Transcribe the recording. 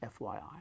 FYI